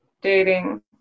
dating